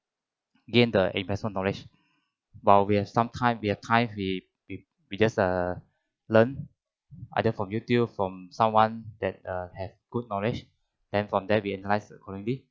gain the investment knowledge while we're sometime we are tied we just err learn either from YouTube from someone that err have good knowledge then from there we analyse accordingly